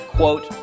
quote